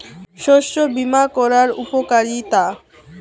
শস্য বিমা করার উপকারীতা?